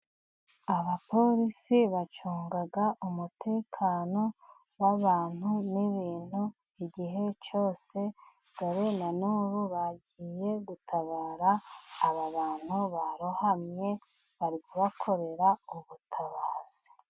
Abaporisi bacunga umutekano w'abantu n'ibintu igihe cyose dore na n'ubu bagiye gutabara aba bantu barohamye bari bakorera ubutabazi.